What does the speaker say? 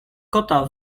kota